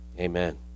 Amen